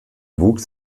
wuchs